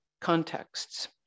contexts